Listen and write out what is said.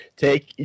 Take